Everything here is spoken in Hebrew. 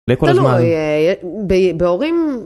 לכל הזמן.